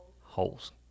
Holes